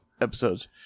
episodes